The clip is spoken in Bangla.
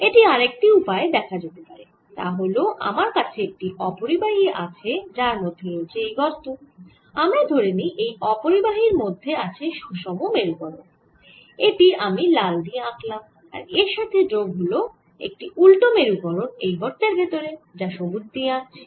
এটি আরেকটি উপায়ে দেখা যেতে পারে তা হল আমার কাছে একটি অপরিবাহী আছে যার মধ্যে রয়েছে এই গর্ত আমরা ধরে নিই এই অপরিবাহীর মধ্যে আছে সুষম মেরুকরন এটি আমি লাল দিয়ে আঁকলাম আর এর সাথে যোগ হল একটি উল্টো মেরুকরন এই গর্তের ভেতরে যা সবুজ দিয়ে আঁকছি